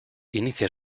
inicia